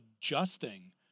adjusting